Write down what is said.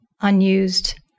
unused